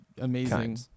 amazing